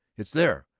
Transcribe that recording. it's there.